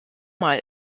mal